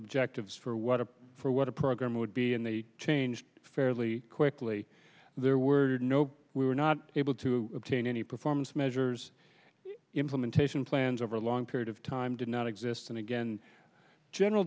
objectives for what a for what a program would be and they changed fairly quickly there were no we were not able to obtain any performance measures implementation plans over a long period of time did not exist and again general